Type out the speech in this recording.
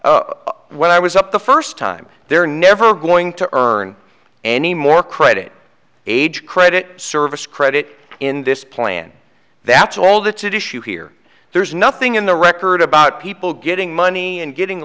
when i was up the first time they're never going to earn any more credit age credit service credit in this plan that's all the two dish you hear there's nothing in the record about people getting money and getting